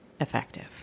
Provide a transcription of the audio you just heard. effective